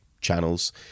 channels